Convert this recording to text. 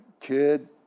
kid